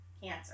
cancer